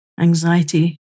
anxiety